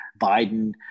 Biden